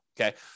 okay